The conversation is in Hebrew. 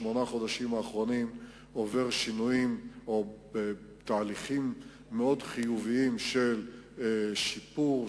שמונת החודשים האחרונים עובר שינויים או תהליכים מאוד חיוביים של שיפור,